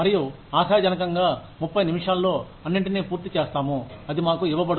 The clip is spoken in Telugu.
మరియు ఆశాజనకంగా 30 నిమిషాల్లో అన్నింటిని పూర్తి చేస్తాము అది మాకు ఇవ్వబడుతుంది